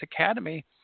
academy